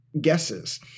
guesses